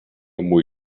muy